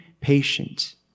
patient